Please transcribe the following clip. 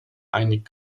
einig